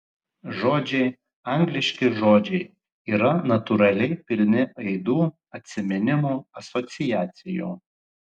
žodžiai angliški žodžiai yra natūraliai pilni aidų atsiminimų asociacijų